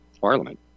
Parliament